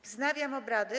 Wznawiam obrady.